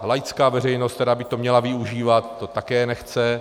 Laická veřejnost, která by to měla využívat, to také nechce.